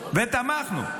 ותמכנו.